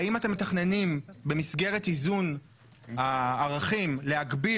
האם אתם מתכננים במסגרת איזון הערכים להגביל